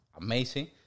amazing